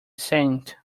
saint